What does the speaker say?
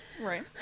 Right